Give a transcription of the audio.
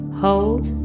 hold